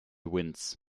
winds